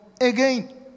again